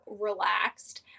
relaxed